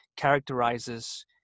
characterizes